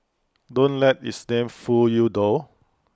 don't let its name fool you though